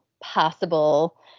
possible